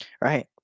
right